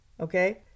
Okay